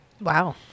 Wow